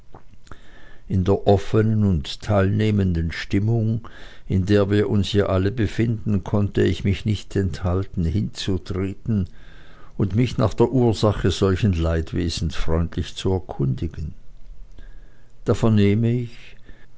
in der offenen und teilnehmenden stimmung in der wir uns ja alle befinden konnte ich mich nicht enthalten hinzuzutreten und mich nach der ursache solchen leidwesens freundlich zu erkundigen da vernehme ich